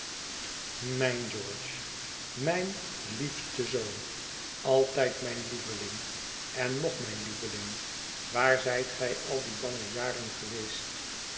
mijn george mijn liefste zoon altijd mijn lieveling en nog mijn lieveling waar zijt gij al die bange jaren geweest